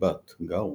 וחיבת גרו,